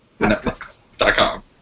Netflix.com